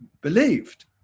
believed